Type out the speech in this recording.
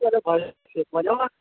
શું કરે ભાઈ મજ્જામાં